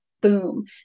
boom